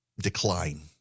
decline